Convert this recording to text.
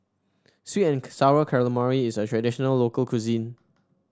sweet and sour calamari is a traditional local cuisine